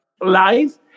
life